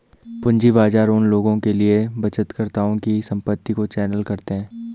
पूंजी बाजार उन लोगों के लिए बचतकर्ताओं की संपत्ति को चैनल करते हैं